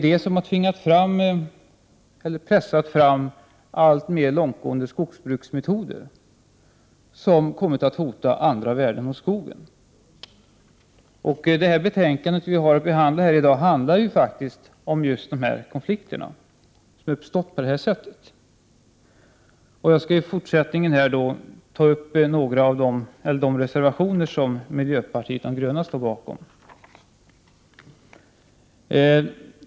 Detta har pressat fram alltmer långtgående skogsbruksmetoder, som kommit att hota andra värden hos skogen. Det betänkande som vi nu har att behandla handlar faktiskt just om de konflikter som uppstår på detta sätt. Jag skall beröra några av de reservationer som miljöpartiet de gröna står bakom.